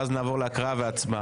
ואז נעבור להקראה ולהצבעה.